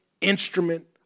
instrument